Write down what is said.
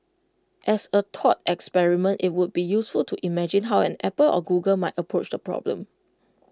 as A thought experiment IT would be useful to imagine how an Apple or Google might approach the problem